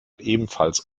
ebenfalls